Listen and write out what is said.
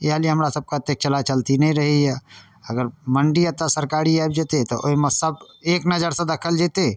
इएहलिए हमरा सभके एतेक चलाचलती नहि रहैए अगर मण्डी एतऽ सरकारी आबि जेतै तऽ ओहिमे सब एक नजरिसँ देखल जेतै